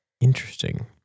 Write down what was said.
Interesting